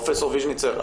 פרופ' ויז'ניצר,